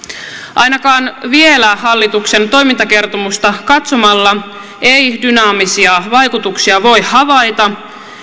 ainakaan vielä hallituksen toimintakertomusta katsomalla ei dynaamisia vaikutuksia voi havaita